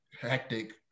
hectic